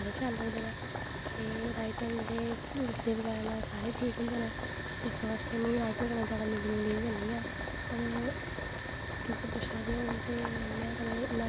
stitching कियां होंदी ऐ किस हिसाबा कन्नैं सारा कम्म कियां ओह् केह् बैनिफिट ऐ केह् चीज़ मतलव हर चीज़ पैह्ली गल्ल ते एह् ऐ